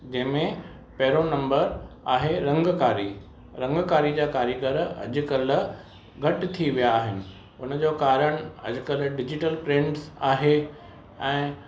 जंहिंमें पहिरों नंबर आहे रंगकारी रंगकारी जा कारीगर अॼुकल्ह घटि थी विया आहिनि हुनजो कारण अॼुकल्ह डिजिटल प्रिंट्स आहे ऐं